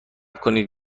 کنید